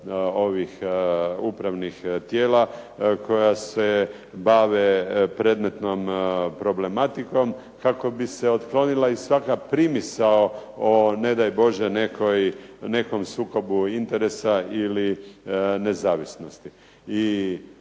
ovih upravnih tijela, koja se bave predmetnom problematikom kako bi se otklonila i svaka primisao o ne daj Bože o nekom sukobu interesa ili nezavisnosti.